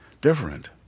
different